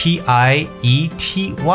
P-I-E-T-Y